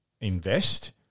invest